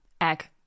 Egg